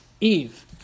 Eve